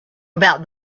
about